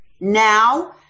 Now